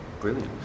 Brilliant